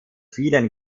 vielen